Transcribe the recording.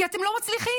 כי אתם לא מצליחים.